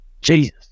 Jesus